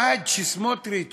עד שסמוטריץ